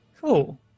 Cool